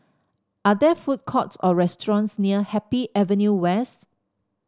are there food courts or restaurants near Happy Avenue West